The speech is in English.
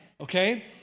okay